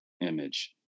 image